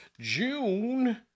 June